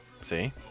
See